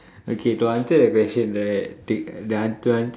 okay to answer that question right take the an~ the an~